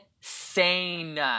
insane